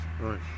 right